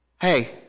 Hey